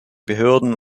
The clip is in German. behörden